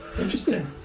Interesting